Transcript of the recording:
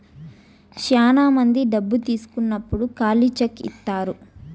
శ్యానా మంది డబ్బు తీసుకున్నప్పుడు ఖాళీ చెక్ ఇత్తారు